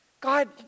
God